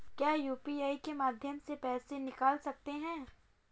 क्या यू.पी.आई के माध्यम से पैसे को निकाल भी सकते हैं?